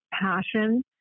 passion